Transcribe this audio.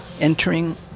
entering